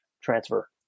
transfer